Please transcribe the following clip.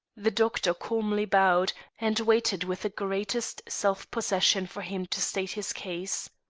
the doctor calmly bowed, and waited with the greatest self-possession for him to state his case.